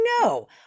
no